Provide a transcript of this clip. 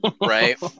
right